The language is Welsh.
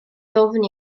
ddwfn